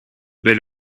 bel